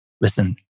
listen